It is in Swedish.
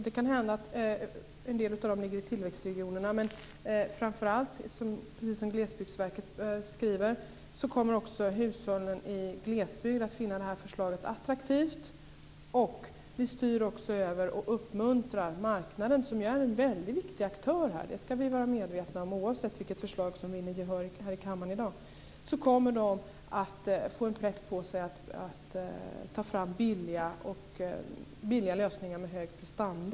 Det kan hända att en del av dem ligger i tillväxtregionerna, men framför allt, som Glesbygdsverket skriver, kommer också hushållen i glesbygd att finna det här förslaget attraktivt. Vi styr också över och uppmuntrar marknaden, som är en mycket viktig aktör här. Det ska vi vara medvetna om. Oavsett vilket förslag som vinner gehör i kammaren i dag kommer man att få en press på sig att ta fram billiga lösningar med höga prestanda.